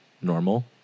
normal